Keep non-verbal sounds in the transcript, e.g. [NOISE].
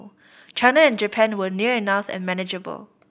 [NOISE] China and Japan were near enough and manageable